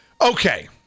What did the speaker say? Okay